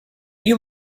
you